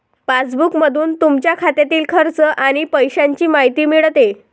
पासबुकमधून तुमच्या खात्यातील खर्च आणि पैशांची माहिती मिळते